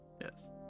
Yes